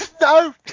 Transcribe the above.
No